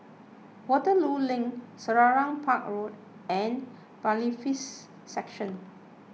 Waterloo Link Selarang Park Road and Bailiffs' Section